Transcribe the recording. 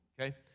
okay